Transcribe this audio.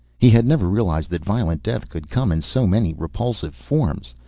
he had never realized that violent death could come in so many repulsive forms.